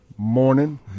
Morning